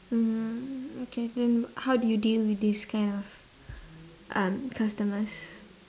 mm okay then how do you deal with this kind of um customers